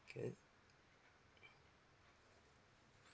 okay